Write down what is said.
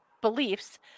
beliefs